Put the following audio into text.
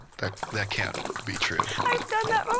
that that can't be true. i've done that